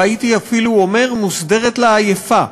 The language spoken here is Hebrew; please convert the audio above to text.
והייתי אפילו אומר מוסדרת לעייפה.